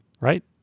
right